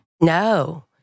no